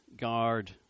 guard